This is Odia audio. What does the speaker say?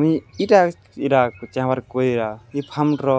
ମୁଇଁ ଇଟା ଇଟା ଚାହିଁବାର ଇ ଫାର୍ମ୍ର